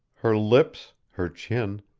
her lips, her chin,